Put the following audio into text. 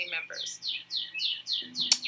members